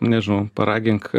nežinau paragink